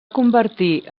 convertir